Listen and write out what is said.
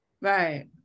Right